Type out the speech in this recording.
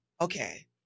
okay